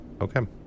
Okay